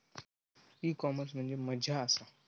E commerce म्हणजे मझ्या आसा?